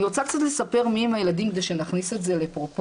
אני רוצה קצת לספר מי הם הילדים כדי שנכניס את זה לפרופורציות.